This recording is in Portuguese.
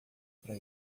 para